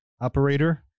operator